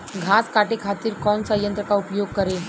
घास काटे खातिर कौन सा यंत्र का उपयोग करें?